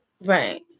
Right